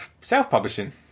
self-publishing